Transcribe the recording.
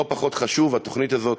לא פחות חשוב, התוכנית הזאת